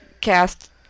cast